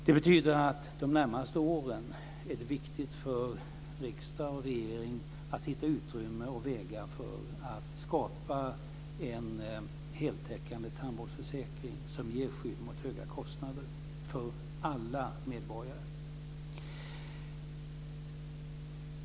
Det betyder att det de närmaste åren är viktigt för riksdag och regering att hitta utrymme och vägar för att skapa en heltäckande tandvårdsförsäkring som ger skydd mot höga kostnader för alla medborgare.